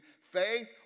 faith